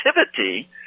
activity